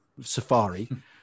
safari